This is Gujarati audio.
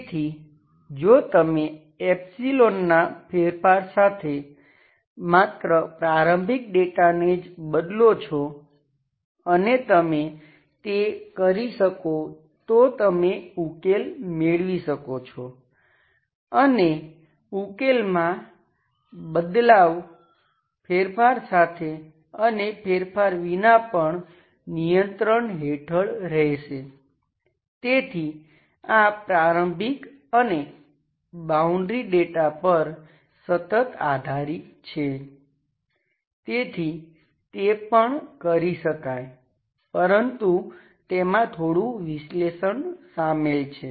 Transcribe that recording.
તેથી જો તમે એપ્સીલોન શામેલ છે